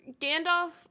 Gandalf